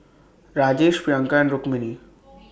Rajesh Priyanka and Rukmini